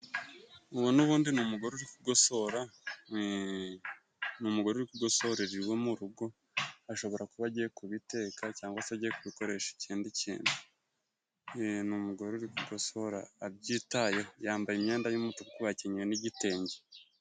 Ubu n'ubundi ni umugore uri kugosora, ni umugore uri kugosorera iwe mu rugo, ashobora kuba agiye kubiteka cyangwa atajya kubikoresha ikindi kintu. Ni umugore uri kugosora abyitayeho, yambaye imyenda y'umutuku akenyeye n'igitenge.